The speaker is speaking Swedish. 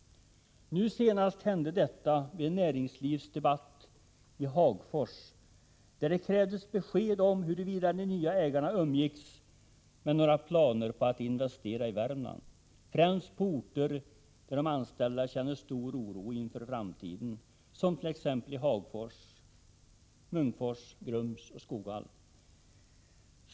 Senast hände detta under en näringslivsdebatt i Hagfors, där det krävdes besked om huruvida de nya ägarna umgicks med några planer på att investera i Värmland, främst på orter där de anställda känner stor oro för framtiden, t.ex. Hagfors, Munkfors, Grums och Skoghall.